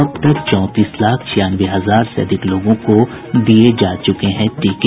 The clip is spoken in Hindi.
अब तक चौंतीस लाख छियानवे हजार से अधिक लोगों को दिये जा चुके हैं टीके